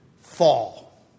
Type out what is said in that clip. fall